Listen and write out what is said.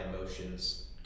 emotions